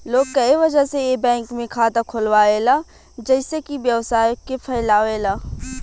लोग कए वजह से ए बैंक में खाता खोलावेला जइसे कि व्यवसाय के फैलावे ला